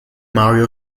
mario